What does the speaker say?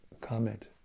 comment